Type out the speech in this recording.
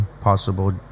possible